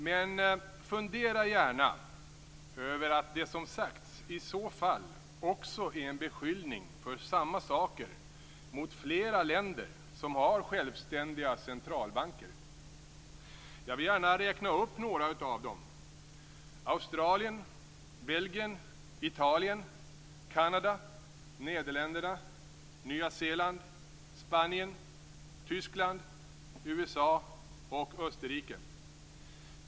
Men fundera gärna över att det som sagts i så fall också är en beskyllning för samma saker mot flera länder som har självständiga centralbanker. Jag vill gärna räkna upp några av dem: Australien, Belgien, Italien, Kanada, Nederländerna, Nya Zeeland, Spanien, Tyskland, USA och Österrike.